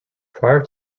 prior